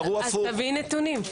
אז תביאו נתונים.